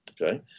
okay